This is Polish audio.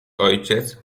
ojciec